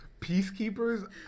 peacekeepers